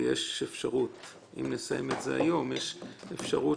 ויש אפשרות לסיים את זה היום, יש אפשרות